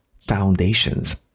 Foundations